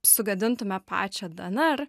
sugadintume pačią dnr